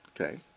Okay